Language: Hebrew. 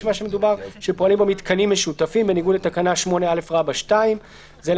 מה שמדובר - שפועלים בו מיתקנים משותפים בניגוד לתקנה 8א(2);"; זה,